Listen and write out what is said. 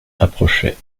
approchait